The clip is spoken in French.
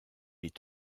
est